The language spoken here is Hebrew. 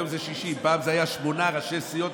היום זה 60. פעם זה היה שמונה ראשי סיעות,